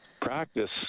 practice